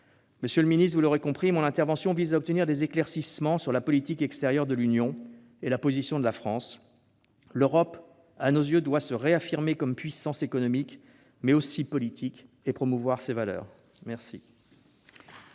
Monsieur le secrétaire d'État, vous l'aurez compris, mon intervention vise à obtenir des éclaircissements sur la politique extérieure de l'Union et la position de la France. L'Europe doit à nos yeux se réaffirmer comme puissance économique, mais aussi politique, et promouvoir ses valeurs. La